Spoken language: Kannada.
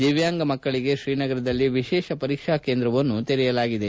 ದಿವ್ಯಾಂಗ ಮಕ್ಕಳಿಗೆ ಶ್ರೀನಗರದಲ್ಲಿ ವಿಶೇಷ ಪರೀಕ್ಷಾ ಕೇಂದ್ರವನ್ನು ತೆರೆಯಲಾಗಿದೆ